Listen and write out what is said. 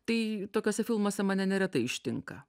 tai tokiuose filmuose mane neretai ištinka